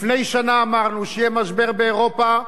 לפני שנה אמרנו שיהיה משבר באירופה,